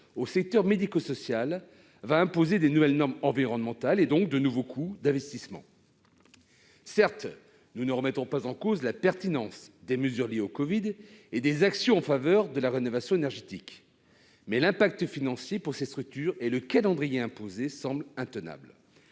au secteur médico-social imposera de nouvelles normes environnementales, donc de nouveaux coûts d'investissement. Nous ne remettons pas en cause la pertinence des mesures liées au covid, ni celle des actions en faveur de la rénovation énergétique, mais l'impact financier et le calendrier imposé semblent intenables